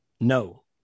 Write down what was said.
No